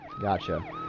Gotcha